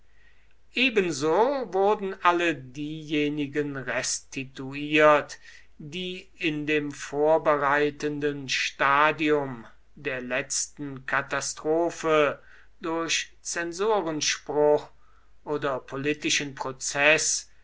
ebenso wurden alle diejenigen restituiert die in dem vorbereitenden stadium der letzten katastrophe durch zensorenspruch oder politischen prozeß